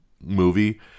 Movie